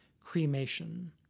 cremation